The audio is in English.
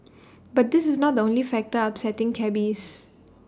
but this is not the only factor upsetting cabbies